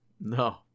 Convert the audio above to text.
No